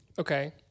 Okay